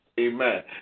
Amen